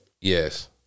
Yes